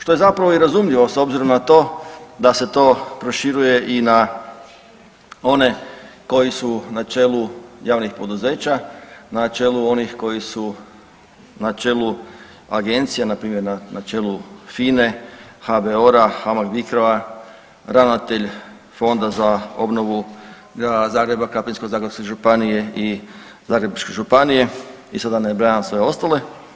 Što je zapravo i razumljivo, s obzirom na to da se to proširuje i na one koji su na čelu javnih poduzeća, na čelu onih koji su, na čelu agencija, na primjer na čelu FINA-e, HBOR-a, HAMAG bicro-a, ravnatelj Fonda za obnovu grada Zagreba, Krapinsko-zagorske županije i Zagrebačke županije i sad da ne nabrajam sve ostale.